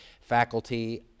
faculty